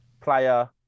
player